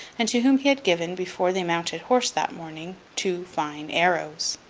and to whom he had given, before they mounted horse that morning, two fine arrows.